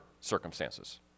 circumstances